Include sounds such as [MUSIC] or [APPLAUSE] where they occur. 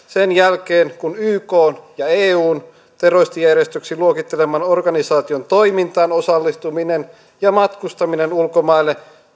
[UNINTELLIGIBLE] sen jälkeen kun ykn ja eun terroristijärjestöksi luokitteleman organisaation toimintaan osallistuminen matkustaminen ulkomaille